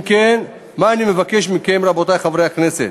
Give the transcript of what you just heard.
אם כן, מה אני מבקש מכם, רבותי חברי הכנסת?